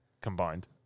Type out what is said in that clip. combined